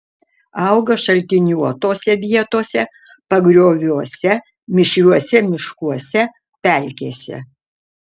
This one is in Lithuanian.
auga šaltiniuotose vietose pagrioviuose mišriuose miškuose pelkėse